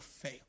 fail